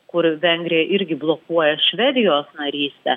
kur vengrija irgi blokuoja švedijos narystę